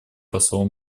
посол